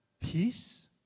Peace